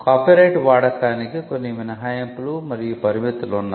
copyright వాడకానికి కొన్ని మినహాయింపులు మరియు పరిమితులు ఉన్నాయి